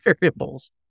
variables